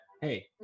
hey